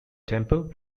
temple